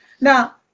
Now